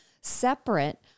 separate